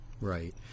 Right